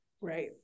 right